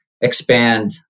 expand